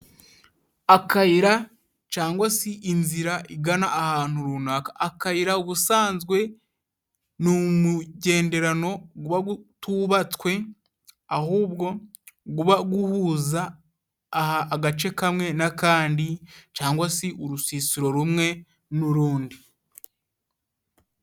Akayira cangwa se inzira igana ahantu runaka, akayira ubusanzwe ni umugenderano guba gutubatswe ahubwo guba guhuza agace kamwe n'akandi cangwa se urusisiro rumwe n'urundi.